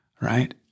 right